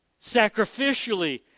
sacrificially